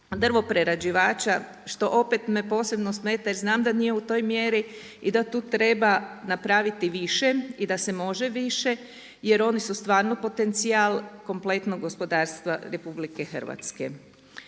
drvoprerađivača što opet me posebno smeta jer znam da nije u toj mjeri i da tu treba napraviti više i da se može više jer oni su stvarno potencijal, kompletno gospodarstvo RH.